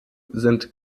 sind